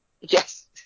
Yes